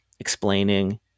explaining